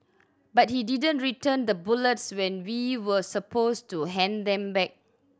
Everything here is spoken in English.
but he didn't return the bullets when we were supposed to hand them back